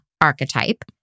archetype